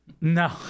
No